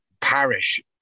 parish